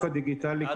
הטכנולוגיים שלך